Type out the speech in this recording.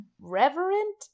Reverent